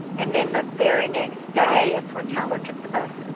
and then the very next day is when tyler took the buses